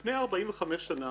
תראו, לפני 45 שנה